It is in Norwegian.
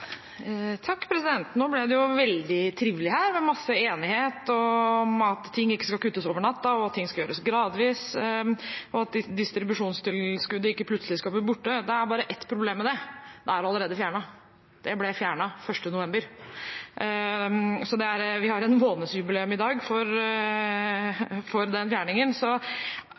Nå ble det jo veldig trivelig her med masse enighet om at ting ikke skal kuttes over natten, ting skal gjøres gradvis, og at distribusjonstilskuddet ikke plutselig skal bli borte. Det er bare ett problem med det: Det er allerede fjernet. Det ble fjernet 1. november, så vi har et månedsjubileum i dag for den fjerningen.